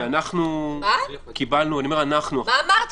מה אמרת?